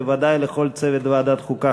בוודאי לכל צוות ועדת החוקה,